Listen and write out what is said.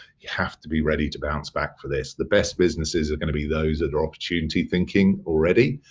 you have to be ready to bounce back for this. the best businesses are gonna be those that are opportunity thinking already,